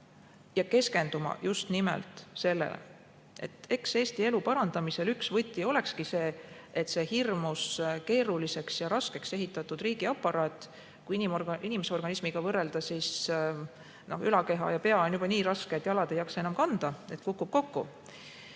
ja keskenduma just nimelt sellele. Eesti elu parendamise üks võti olekski see, et see hirmus keeruliseks ja raskeks ehitatud riigiaparaat – kui inimese organismiga võrrelda, siis ülakeha ja pea on juba nii rasked, et jalad ei jaksa enam kanda ja keha kukub kokku